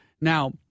Now